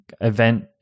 event